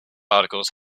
articles